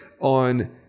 on